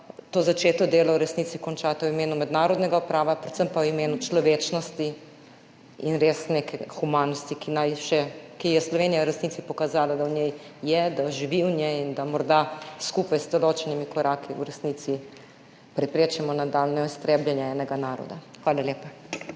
to začeto delo v resnici končate v imenu mednarodnega prava, predvsem pa v imenu človečnosti in res neke humanosti, za katero je Slovenija v resnici pokazala, da v njej je, da živi v njej in da morda skupaj z določenimi koraki v resnici preprečimo nadaljnje iztrebljanje enega naroda. Hvala lepa.